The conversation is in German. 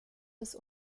des